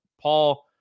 Paul